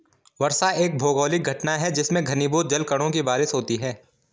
वर्षा एक भौगोलिक घटना है जिसमें घनीभूत जलकणों की बारिश होती है